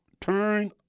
Turn